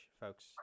folks